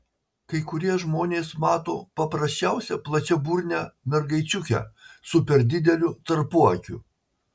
kai kurie žmonės mato paprasčiausią plačiaburnę mergaičiukę su per dideliu tarpuakiu